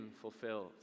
fulfilled